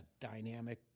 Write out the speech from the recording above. dynamic